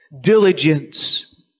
diligence